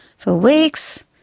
for weeks,